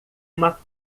uma